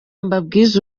mbabwize